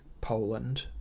Poland